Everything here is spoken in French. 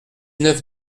neuf